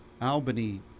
Albany